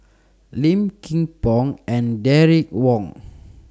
Low Kim Pong and Derek Wong